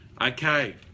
Okay